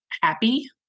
happy